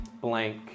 blank